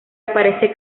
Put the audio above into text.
aparece